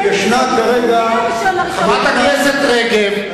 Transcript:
חברת הכנסת רגב,